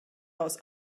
aus